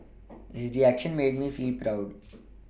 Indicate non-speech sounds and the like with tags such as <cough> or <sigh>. <noise> his reaction made me feel proud